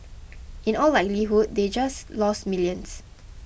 in all likelihood they had just lost millions